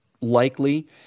likely